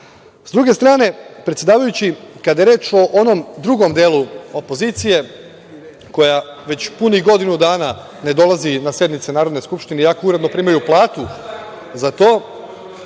druge strane, predsedavajući, kada je reč o onom drugom delu opozicije koja već punih godinu dana ne dolazi na sednice Narodne skupštine i ako uredno primaju platu za to,